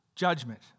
Judgment